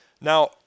Now